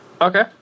Okay